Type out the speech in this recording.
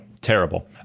Terrible